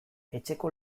etxeko